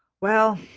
well,